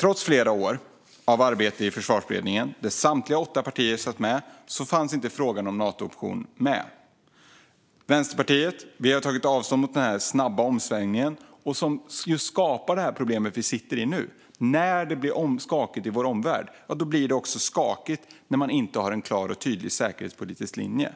Trots flera års arbete i Försvarsberedningen, där samtliga åtta partier satt med, fanns inte frågan om en Nato-option med. Vi i Vänsterpartiet har tagit avstånd från den snabba omsvängningen, som skapar det problem som vi sitter med nu. När det blir skakigt i vår omvärld blir det också skakigt när man inte har en klar och tydlig säkerhetspolitisk linje.